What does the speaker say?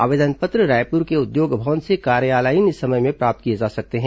आवेदन पत्र रायपुर के उद्योग भवन से कार्यालयीन समय में प्राप्त किए जा सकते हैं